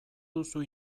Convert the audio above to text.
duzu